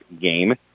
game